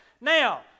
Now